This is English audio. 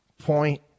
point